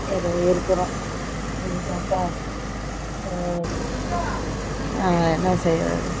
ஏதோ இருக்கிறோம் இதுதான்ப்பா எங்களுக்கு நாங்கள் என்ன செய்கிறது